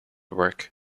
work